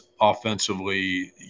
offensively